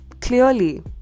clearly